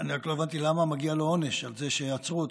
אני לא הבנתי למה מגיע לו עונש על זה שעצרו אותו.